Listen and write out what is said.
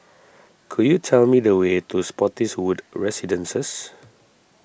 could you tell me the way to Spottiswoode Residences